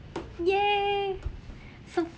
!yay! so